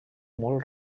molt